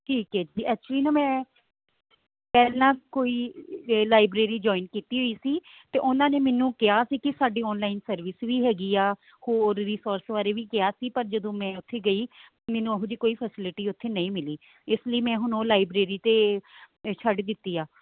ਠੀਕ ਹੈ ਜੀ ਐਕਚੁਲੀ ਨਾ ਮੈਂ ਪਹਿਲਾਂ ਕੋਈ ਲਾਈਬ੍ਰੇਰੀ ਜੋਇਨ ਕੀਤੀ ਹੋਈ ਸੀ ਅਤੇ ਉਹਨਾਂ ਨੇ ਮੈਨੂੰ ਕਿਹਾ ਸੀ ਕਿ ਸਾਡੀ ਔਨਲਾਈਨ ਸਰਵਿਸ ਵੀ ਹੈਗੀ ਆ ਹੋਰ ਰੀਸੋਰਸ ਬਾਰੇ ਵੀ ਕਿਹਾ ਸੀ ਪਰ ਜਦੋਂ ਮੈਂ ਉੱਥੇ ਗਈ ਮੈਨੂੰ ਉਹ ਜਿਹੀ ਕੋਈ ਫੈਸਿਲਿਟੀ ਉੱਥੇ ਨਹੀਂ ਮਿਲੀ ਇਸ ਲਈ ਮੈਂ ਹੁਣ ਉਹ ਲਾਈਬ੍ਰੇਰੀ ਤਾਂ ਛੱਡ ਦਿੱਤੀ ਆ